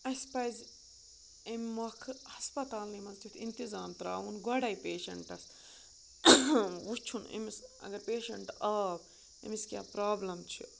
اَسہِ پَزِ اَمہِ مۄکھہٕ ہسپَتالنٕے منٛز تیُتھ اِنتظام ترٛاوُن گۄڈَے پیشنٛٛٹَس وٕچھُن أمِس اگر پیشنٛٹ آو أمِس کیٛا پرٛابلم چھِ